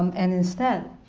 um and instead,